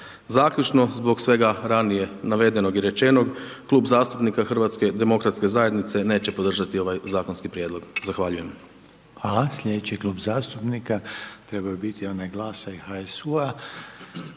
Zaključno, zbog svega ranije navedenog i rečenog, Klub zastupnika HDZ-a neće podržati ovaj zakonski prijedlog. Zahvaljujem.